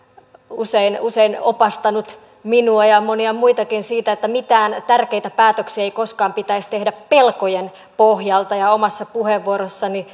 usein usein opastanut minua ja monia muitakin siinä että mitään tärkeitä päätöksiä ei koskaan pitäisi tehdä pelkojen pohjalta omassa puheenvuorossani